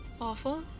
awful